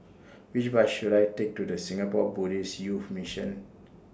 Which Bus should I Take to The Singapore Buddhist Youth Mission